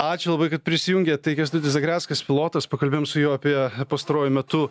ačiū labai kad prisijungėt tai kęstutis zagreckas pilotas pakalbėjom su juo apie pastaruoju metu